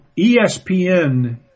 ESPN